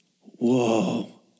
Whoa